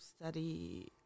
study